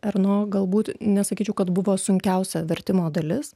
erno galbūt nesakyčiau kad buvo sunkiausia vertimo dalis